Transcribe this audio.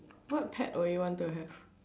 what pet would you want to have